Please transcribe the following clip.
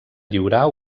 lliurar